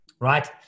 right